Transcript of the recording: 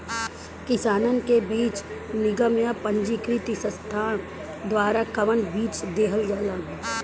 किसानन के बीज निगम या पंजीकृत संस्था द्वारा कवन बीज देहल जाला?